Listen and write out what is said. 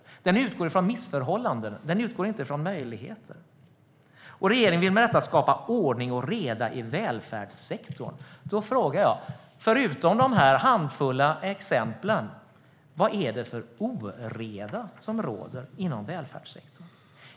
Utredningen utgår från missförhållanden, inte från möjligheter. Regeringen vill med detta skapa ordning och reda i välfärdssektorn. Då frågar jag: Förutom en handfull exempel, vad är det för oreda som råder inom välfärdssektorn?